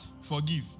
Forgive